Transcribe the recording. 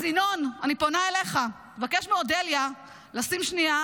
אז, ינון, אני פונה אליך: תבקש מאודליה לשים שנייה